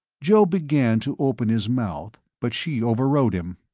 joe began to open his mouth, but she overrode him.